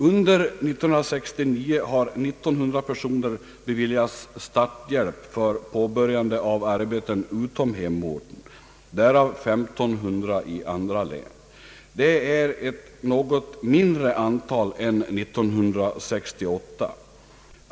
Under år 1969 har 1900 personer beviljats starthjälp för påbörjande av arbeten utom hemorten, därav 1500 i andra län. Det är ett något mindre antal än år 1968.